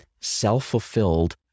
self-fulfilled